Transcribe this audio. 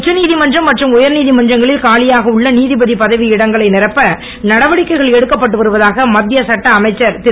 உச்சநீதிமன்றம் மற்றும் உயர் நீதிமன்றங்களில் காலியாக உள்ள நீதிபதி பதவி இடங்களை நிரப்ப நடவடிக்கைகள் எடுக்கப்பட்டு வருவதாக மத்திய சட்ட அமைச்சர் திரு